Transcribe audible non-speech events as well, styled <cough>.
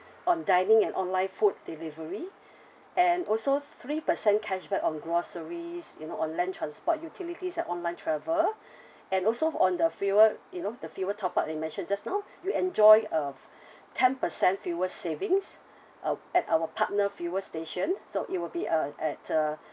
on dining and online food delivery and also three percent cashback on groceries you know on land transport utilities and online travel <breath> and also on the fuel you know the fuel top up that you mentioned just now you enjoy a ten percent fuel savings uh at our partner fuel station so it will be uh at uh